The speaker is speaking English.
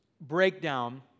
breakdown